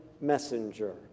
messenger